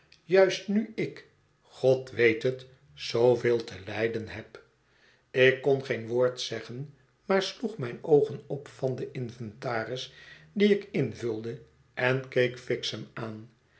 juist nu ik god weet het zooveel te lijden heb ik kon geen woord zeggen maar sloeg mijn oogen op van den inventaris dien ik invulde en keek fixem aan